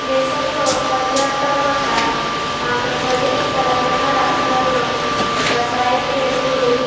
దేశంలో పంజాబ్ తర్వాత ఆంధ్ర ప్రదేశ్ తెలంగాణ రాష్ట్రాల్లో రసాయన ఎరువులు